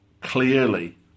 clearly